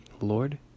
Lord